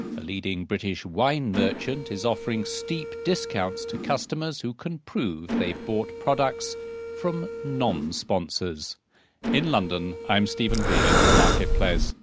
a leading british wine merchant is offering steep discounts to customers who can prove they've bought products from non-sponsors in london, i'm stephen beard for marketplace